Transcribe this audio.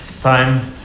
time